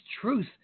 truth